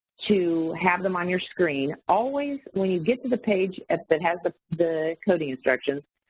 to have them on your screen. always, when you get to the page that has the the coding instructions,